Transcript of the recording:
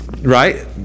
Right